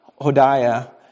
Hodiah